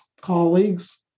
colleagues